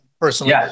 personally